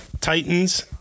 Titans